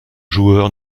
joueur